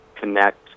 connect